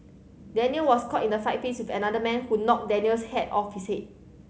Daniel was caught in a fight fist with another man who knocked Daniel's hat off his head